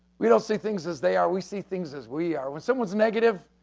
we don't see things as they are, we see things as we are. when someone's negative,